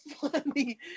funny